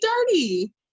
dirty